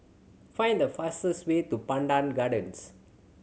find the fastest way to Pandan Gardens